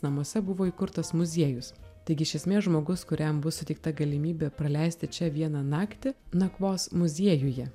namuose buvo įkurtas muziejus taigi iš esmės žmogus kuriam bus suteikta galimybė praleisti čia vieną naktį nakvos muziejuje